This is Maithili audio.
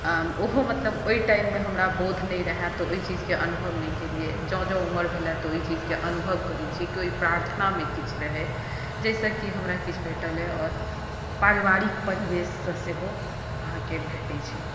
ओहो मतलब ओहि टाइम मे हमरा बोध नहि रहै तऽ ओहि चीजकेँ अनुभव हम नहि केलियै जँ जँ उमर भेलऽ तऽ ओहि चीजकेँ अनुभव करैत छी कि ओहि प्रार्थनामे किछु रही जाहिसँ कि हमरा किछु भेटला आओर पारिवारिक परिवेशसँ सेहो अहाँकेँ भेटै छै